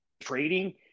trading